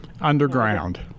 underground